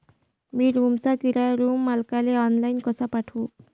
मी रूमचा किराया रूम मालकाले ऑनलाईन कसा पाठवू?